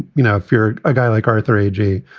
you know, if you're a guy like arthur agee,